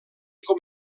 com